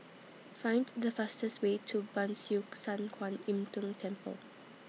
Find The fastest Way to Ban Siew San Kuan Im Tng Temple